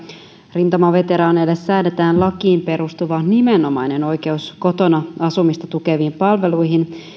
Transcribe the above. rintamaveteraaneille säädetään lakiin perustuva nimenomainen oikeus kotona asumista tukeviin palveluihin